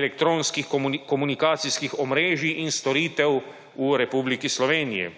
elektronskih komunikacijskih omrežij in storitev v Republiki Sloveniji.